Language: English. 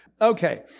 Okay